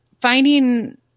finding